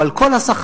או על כל השכר?